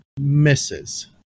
misses